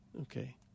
Okay